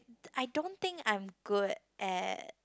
I don't think I'm good at